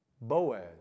Boaz